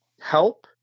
help